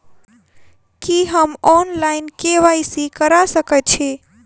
की हम online, KYC करा सकैत छी?